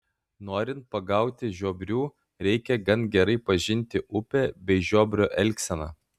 norint pagauti žiobrių reikia gan gerai pažinti upę bei žiobrio elgseną